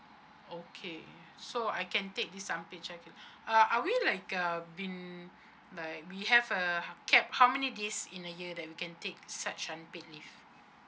okay so I can take this unpaid childcare leave uh are we like uh been like we have a cap how many days in a year that we can take such unpaid leave